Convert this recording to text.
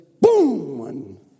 boom